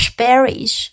berries